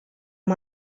amb